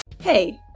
Hey